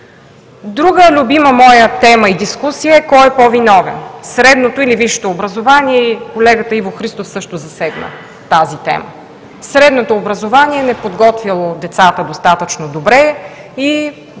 Друга любима моя тема и дискусия е кой е по-виновен – средното или висшето образование? Колегата Иво Христов също засегна тази тема – средното образование не подготвяло децата достатъчно добре, и